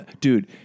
Dude